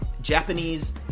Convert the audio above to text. Japanese